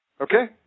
Okay